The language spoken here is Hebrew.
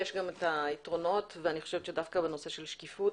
יש גם את היתרונות ואני חושבת שדווקא בנושא של שקיפות,